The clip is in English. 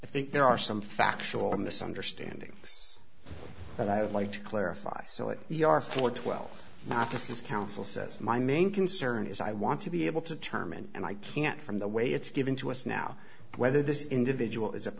i think there are some factual misunderstanding yes but i would like to clarify so if we are full of twelve novices counsel says my main concern is i want to be able to determine and i can't from the way it's given to us now whether this individual is